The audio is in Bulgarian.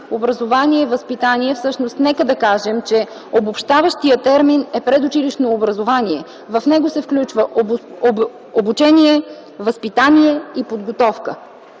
образование, възпитание, всъщност нека да кажем, че обобщаващият термин е „предучилищно образование”. В него се включва обучение, възпитание и подготовка.